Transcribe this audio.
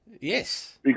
Yes